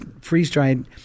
freeze-dried